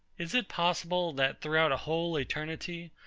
is it possible, that throughout a whole eternity,